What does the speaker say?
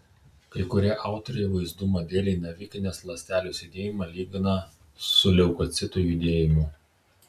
kai kurie autoriai vaizdumo dėlei navikinės ląstelės judėjimą lygina su leukocitų judėjimu